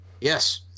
Yes